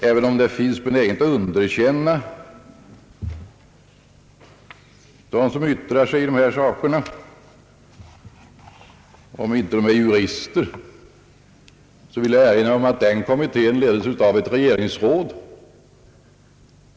Eftersom det finns en benägenhet att underkänna dem som yttrar sig i dessa frågor, om de inte är jurister, vill jag erinra om att den kommittén leddes av ett regeringsråd.